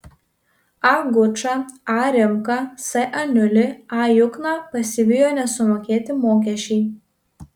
a gučą a rimką s aniulį a jukną pasivijo nesumokėti mokesčiai